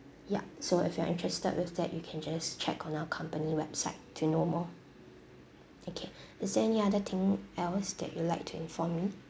ya so if you are interested with that you can just check on our company website to know more okay is there any other thing else that you'd like to inform me